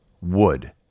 wood